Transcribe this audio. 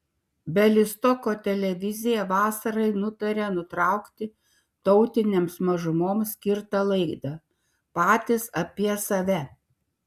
bialystoko televizija vasarai nutarė nutraukti tautinėms mažumoms skirtą laidą patys apie save